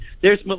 theres